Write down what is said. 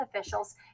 officials